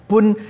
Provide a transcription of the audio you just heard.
pun